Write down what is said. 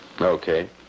Okay